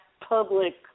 public